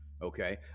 Okay